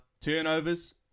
Turnovers